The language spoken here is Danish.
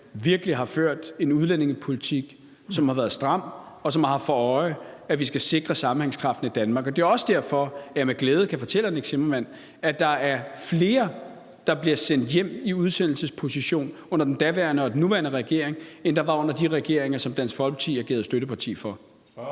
virkelig har ført en udlændingepolitik, som har været stram, og som har haft for øje, at vi skal sikre sammenhængskraften i Danmark. Det er også derfor, jeg med glæde kan fortælle hr. Nick Zimmermann, at der er flere, der er blevet og bliver sendt hjem i udsendelsesposition under den daværende og den nuværende regering, end der var under de regeringer, som Dansk Folkeparti agerede støtteparti for. Kl.